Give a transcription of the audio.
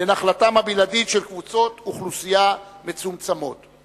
לנחלתם הבלעדית של קבוצות אוכלוסייה מצומצמות.